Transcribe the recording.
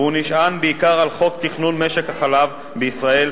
והוא נשען בעיקר על חוק תכנון משק החלב בישראל,